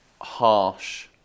harsh